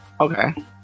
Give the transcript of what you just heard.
Okay